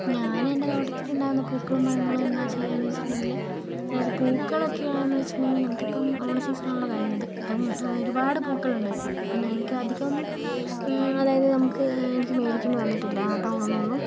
ഞാൻ എൻ്റെ തോട്ടത്തിൽ ഉണ്ടാകുന്ന പൂക്കളും പഴങ്ങളും എന്താ ചെയ്യാന്ന് വെച്ചിട്ടുണ്ടെങ്കില് അതായത് പൂക്കളൊക്കെയാണെന്ന് വെച്ചിട്ടുണ്ടെങ്കിൽ നമുക്കിപ്പം ഓണം സീസൺ ആണല്ലോ കഴിഞ്ഞത് അപ്പം ഒരുപാട് പൂക്കൾ ഉണ്ടായിരുന്നു അപ്പോൾ എനിക്ക് അധികമൊന്നും അതായത് നമുക്ക് എനിക്ക് മേടിക്കണ്ട വന്നിട്ടില്ല ആട്ടങ്ങളൊന്നും ഒന്നും